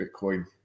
Bitcoin